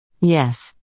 Yes